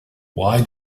why